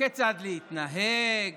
כציד להתנהג